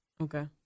Okay